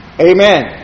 Amen